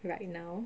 right now